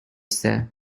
sir